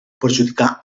perjudicar